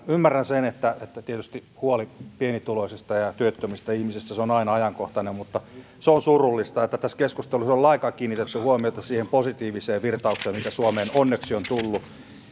ymmärrän sen että tietysti huoli pienituloisista ja työttömistä ihmisistä on aina ajankohtainen mutta se on surullista että tässä keskustelussa ei ole lainkaan kiinnitetty huomiota siihen positiiviseen virtaukseen mikä suomeen onneksi on tullut